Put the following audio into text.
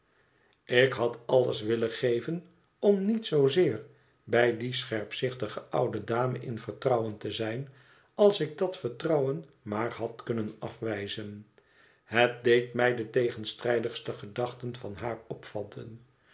ik had alles willen geven om niet zoozeer bij die scherpzichtige oude dame in vertrouwen te zijn als ik dat vertrouwen maar had kunnen afwijzen het deed mij de tegenstrijdigste gedachten van haar opvatten